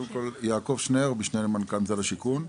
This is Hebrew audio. יעקב שנרב, משנה למנכ"ל משרד השיכון והבינוי.